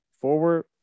forward